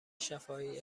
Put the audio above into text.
شفاهی